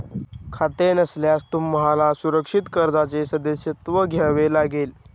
खाते नसल्यास तुम्हाला सुरक्षित कर्जाचे सदस्यत्व घ्यावे लागेल